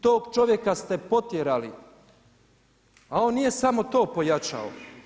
Tog čovjeka ste potjerali, a on nije samo to pojačao.